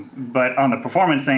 but on the performance thing,